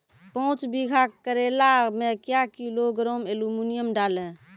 पाँच बीघा करेला मे क्या किलोग्राम एलमुनियम डालें?